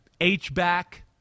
H-back